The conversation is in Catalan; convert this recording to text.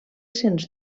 sens